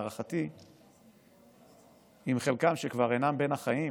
להערכתי, אם חלקם שכבר אינם בין החיים